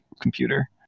computer